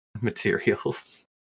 materials